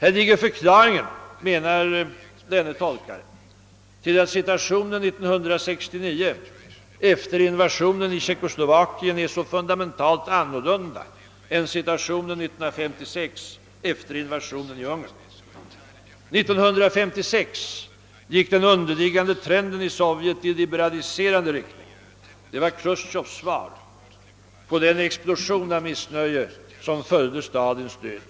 Här finns förklaringen, menar Beedham, till att situationen 1969, efter invasionen i Tjeckoslovakien, är så fundamentalt annorlunda än situationen 1956 efter invasionen i Ungern. År 1956 gick den underliggande trenden i Sovjet i liberaliserande riktning. Det var Chrustjovs svar på den explosion av missnöje som följde Stalins död.